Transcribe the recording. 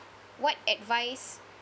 what advice